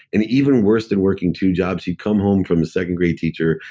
and even worse than working two jobs, she'd come home from a second grade teacher,